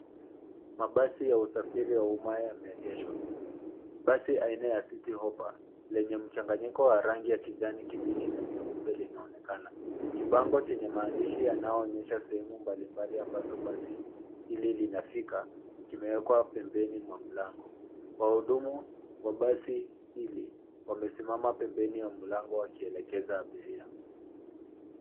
Mabasi ya usafiri ya umma yameegeshwa. Basi aina ya City Hoppa, lenye mchanganyiko wa rangi ya kijani kibichi na nyeupe linaonekana. Kibango chenye maandishi yanayoonyesha sehemu mbalimbali ambazo basi hili linafika kimewekwa pembeni mwa mlango. Wahudumu wa basi hili wamesimama pembeni mwa mlango wakielekeza abiria.